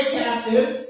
captive